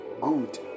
Good